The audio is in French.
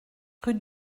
rue